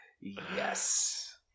Yes